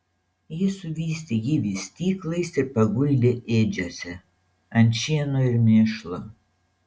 ji suvystė jį vystyklais ir paguldė ėdžiose ant šieno ir mėšlo